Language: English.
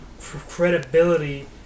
credibility